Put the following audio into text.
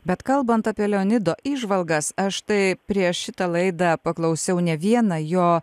bet kalbant apie leonido įžvalgas aš tai prieš šitą laidą paklausiau ne vieną jo